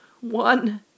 one